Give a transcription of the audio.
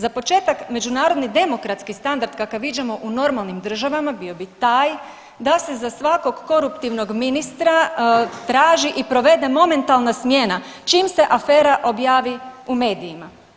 Za početak, međunarodni demokratski standard kakav viđamo u normalnim državama bio bi taj da se za svakog koruptivnog ministra traži i provede momentalna smjena, čim se afera objavi u medijima.